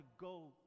go